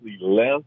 left